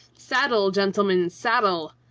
saddle, gentlemen, saddle!